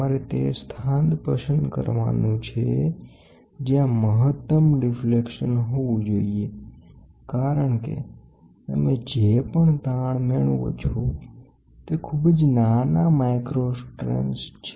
તમારે તે સ્થાન પસંદ કરવાનુ છે જ્યાં મહત્તમ ડિફ્લેક્શન હોવું જોઈએ કારણ કે તમે જે પણ સ્ટ્રેન મેળવો છો તે ખૂબ જ નાના માઇક્રો સ્ટ્રેન્સ છે